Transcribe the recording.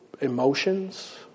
emotions